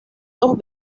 dos